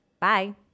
Bye